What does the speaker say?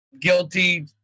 guilty